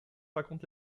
raconte